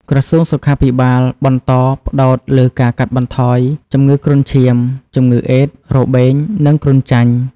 ក្រសួងសុខាភិបាលបន្តផ្តោតលើការកាត់បន្ថយជំងឺគ្រុនឈាម ជំងឺអេដស៍ របេង និងគ្រុនចាញ់។